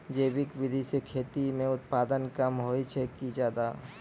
जैविक विधि से खेती म उत्पादन कम होय छै कि ज्यादा?